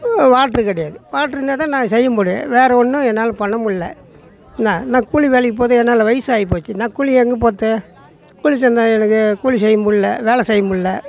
water கிடையாது water இருந்தால் தான் நான் செய்ய முடியும் வேறு ஒன்றும் என்னால் பண்ணமுடில என்ன என்னால் கூலி வேலைக்கு போறதுக்கு என்னால் வயதும் ஆகி போச்சு நான் கூலிக்கு எங்கே போகிறது கூலி செய்ய எனக்கு கூலி செய்யமுடில வேலை செய்யமுடில